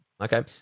Okay